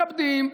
מכבדים.